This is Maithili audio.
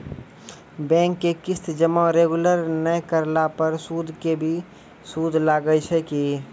बैंक के किस्त जमा रेगुलर नै करला पर सुद के भी सुद लागै छै कि?